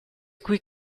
qui